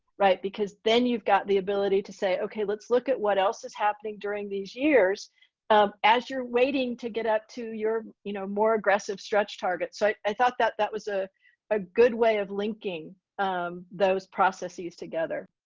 right? because then you've got the ability to say okay let's look at what else is happening during these years as you're waiting to get up to your you know more aggressive stretch targets. so i thought that that was a ah good way of linking those processes together.